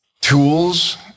Tools